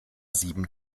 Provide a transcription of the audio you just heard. sieben